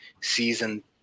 season